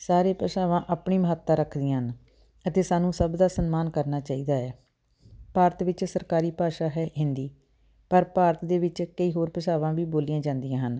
ਸਾਰੇ ਭਾਸ਼ਾਵਾਂ ਆਪਣੀ ਮਹੱਤਤਾ ਰੱਖਦੀਆਂ ਹਨ ਅਤੇ ਸਾਨੂੰ ਸਭ ਦਾ ਸਨਮਾਨ ਕਰਨਾ ਚਾਹੀਦਾ ਆ ਭਾਰਤ ਵਿੱਚ ਸਰਕਾਰੀ ਭਾਸ਼ਾ ਹੈ ਹਿੰਦੀ ਪਰ ਭਾਰਤ ਦੇ ਵਿੱਚ ਕਈ ਹੋਰ ਭਾਸ਼ਾਵਾਂ ਵੀ ਬੋਲੀਆਂ ਜਾਂਦੀਆਂ ਹਨ